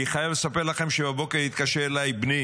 אני חייב לספר לכם שבבוקר התקשר אליי בני